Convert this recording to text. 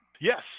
Yes